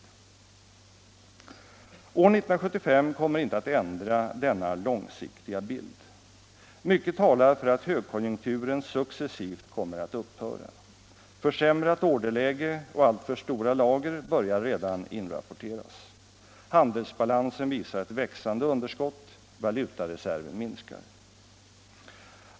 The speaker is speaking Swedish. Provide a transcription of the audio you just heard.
År 1975 kommer inte att ändra denna långsiktiga trend. Mycket talar för att högkonjunkturen successivt kommer att upphöra. Försämrat orderläge och alltför stora lager börjar redan inrapporteras. Handelsbalansen visar ett växande underskott. Valutareserven minskar.